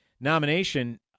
nomination